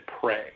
pray